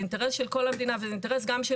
זה אינטרס של כל המדינה וזה אינטרס גם של